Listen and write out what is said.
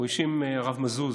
הרב מזוז